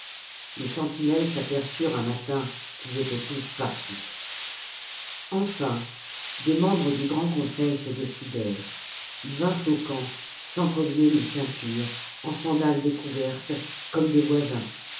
les sentinelles s'aperçurent un matin qu'ils étaient tous partis enfin des membres du grand conseil se décidèrent ils vinrent au camp sans colliers ni ceintures en sandales découvertes comme des voisins